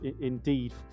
indeed